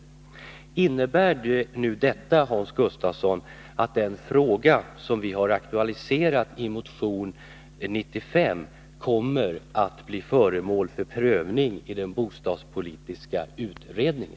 Innebär nu detta, Hans Gustafsson, att den fråga som aktualiseras i motion 95 kommer att bli prövad i den bostadspolitiska utredningen?